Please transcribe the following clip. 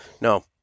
No